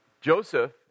Joseph